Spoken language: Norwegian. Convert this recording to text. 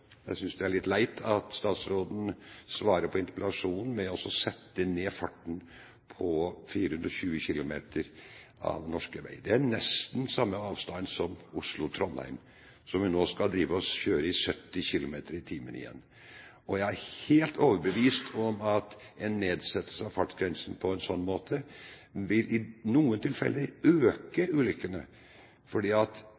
Jeg synes det er litt leit at statsråden svarer på interpellasjonen med å sette ned farten på 420 kilometer av norske veier. Det er nesten samme avstand som Oslo–Trondheim – en strekning hvor vi nå igjen skal drive og kjøre i 70 km/t. Jeg er helt overbevist om at en nedsettelse av fartsgrensen på en slik måte i noen tilfeller